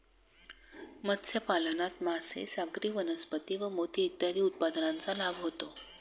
मत्स्यपालनात मासे, सागरी वनस्पती व मोती इत्यादी उत्पादनांचा लाभ होतो